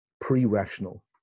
pre-rational